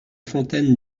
fontaine